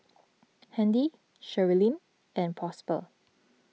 Handy Sherilyn and Prosper